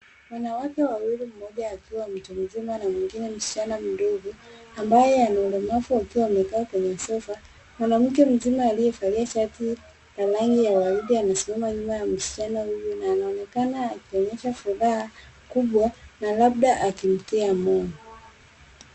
Wanawake wawili, mmoja akiwa mtu mzima na mwingine msichana mdogo ambaye ana ulemavu akiwa amekaa kwenye sofa . Mwanamke mzima aliyevalia shati ya rangi ya waridi amesimama nyuma ya msichana huyu na anaonekana akionyesha furaha kubwa na labda akimtia moyo.